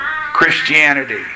Christianity